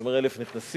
הוא אומר: אלף נכנסין,